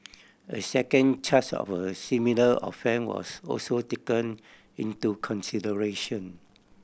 a second charge of a similar offence was also taken into consideration